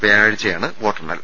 വ്യാഴാഴ്ചയാണ് വോട്ടെണ്ണൽ